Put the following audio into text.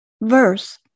Verse